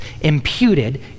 imputed